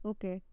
Okay